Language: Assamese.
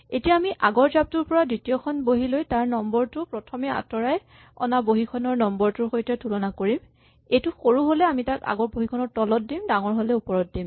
এতিয়া আমি আগৰ জাপটোৰ পৰা দ্বিতীয়খন বহী লৈ তাৰ নম্বৰ টো প্ৰথমে আঁতৰাই অনা বহী খনৰ নম্বৰ ৰ সৈতে তুলনা কৰিম এইটো সৰু হ'লে আমি তাক আগৰ বহীখনৰ তলত দিম ডাঙৰ হ'লে ওপৰত দিম